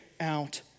out